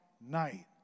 night